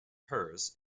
hers